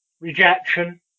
rejection